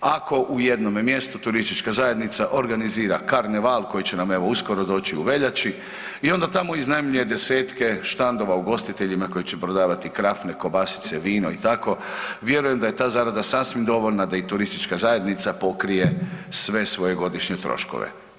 Ako u jednome turistička zajednica organizira karneval koji će nam evo uskoro doći u veljači i onda tamo iznajmljuje desetke štandova ugostiteljima koji će prodavati krafne, kobasice, vino i tako, vjerujem da je ta zarada sasvim dovoljna da i turistička zajednica pokrije sve svoje godišnje troškove.